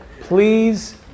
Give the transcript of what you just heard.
Please